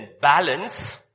balance